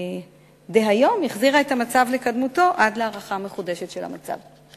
דהיום החזירה את המצב לקדמותו עד להערכה מחודשת של המצב.